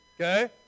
okay